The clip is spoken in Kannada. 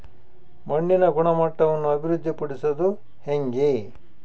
ಮಣ್ಣಿನ ಗುಣಮಟ್ಟವನ್ನು ಅಭಿವೃದ್ಧಿ ಪಡಿಸದು ಹೆಂಗೆ?